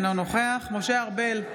אינו נוכח משה ארבל,